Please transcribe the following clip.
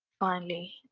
finally,